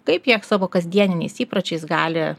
kaip jie savo kasdieniniais įpročiais gali